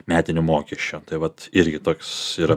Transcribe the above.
metinių mokesčių tai vat irgi toks yra